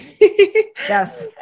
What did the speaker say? Yes